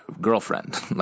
girlfriend